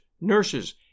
nurses